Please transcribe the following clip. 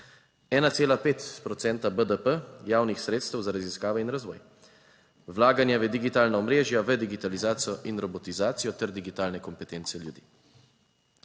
BDP javnih sredstev za raziskave in razvoj, vlaganja v digitalna omrežja v digitalizacijo in robotizacijo ter digitalne kompetence ljudi.